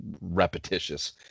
repetitious